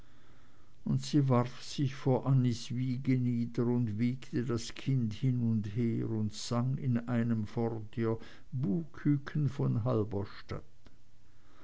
und sie warf sich vor annies wiege nieder und wiegte das kind hin und her und sang in einem fort ihr buhküken von halberstadt